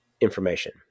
information